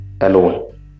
alone